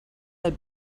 had